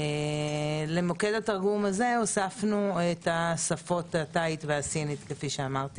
למוקד הזה הוספנו את השפות התאית והסינית כאמור.